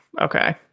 Okay